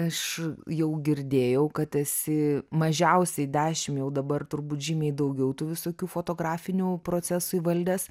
aš jau girdėjau kad esi mažiausiai dešim jau dabar turbūt žymiai daugiau tų visokių fotografinių procesų įvaldęs